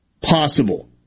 possible